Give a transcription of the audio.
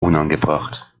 unangebracht